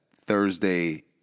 Thursday